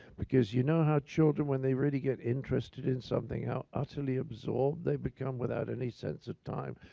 because you know how children, when they really get interested in something, how utterly absorbed they become, without any sense of time,